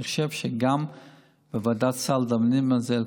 אני חושב שגם בוועדת הסל דנים על זה,